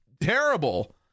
terrible